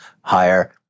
higher